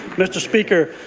mr. speaker,